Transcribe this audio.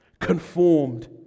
Conformed